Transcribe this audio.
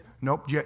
Nope